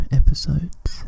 episodes